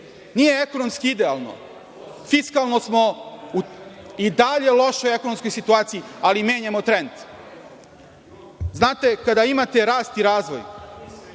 Nije ekonomski idealno, fiskalno smo i dalje u lošoj ekonomskoj situaciji, ali menjamo trend. Znate, kada imate rast i razvoj